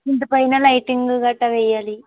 ఇంటి పైన లైటింగు గట్టా వెయ్యాలి